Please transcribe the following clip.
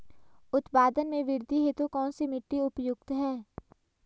उत्पादन में वृद्धि हेतु कौन सी मिट्टी उपयुक्त है?